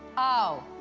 oh.